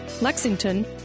Lexington